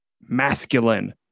masculine